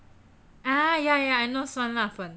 ah yeah yeah yeah I know 酸辣粉